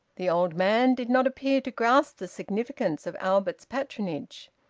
the old man did not appear to grasp the significance of albert's patronage.